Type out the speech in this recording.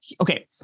okay